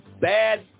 bad